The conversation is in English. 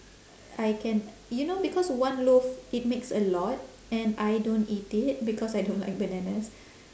I can you know because one loaf it makes a lot and I don't eat it because I don't like bananas